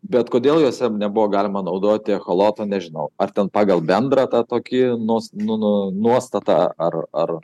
bet kodėl juose nebuvo galima naudoti echoloto nežinau ar ten pagal bendrą tą tokį nus nu nu nuostatą ar ar